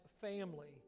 family